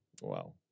Wow